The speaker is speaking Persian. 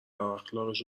اخلاقش